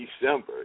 December